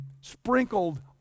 sprinkled